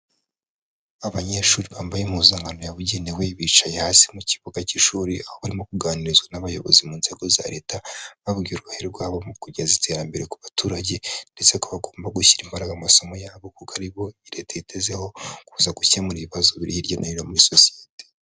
Abanyeshuri bambaye impuzankano yabugenewe bicaye hasi mu kibuga cy'ishuri, aho barimo kuganirizwa n'abayobozi mu nzego za Leta, babwirwa uruhare rwabo mu kugeza iterambere ku baturage, ndetse ko bagomba gushyira imbaraga mu masomo yabo kuko ari bo Leta yitezeho kuza gukemura ibibazo biri hirya no hino muri sosiyete.